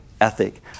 ethic